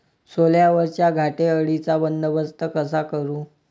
सोल्यावरच्या घाटे अळीचा बंदोबस्त कसा करू?